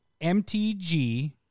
MTG